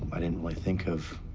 i didn't really think of,